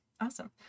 awesome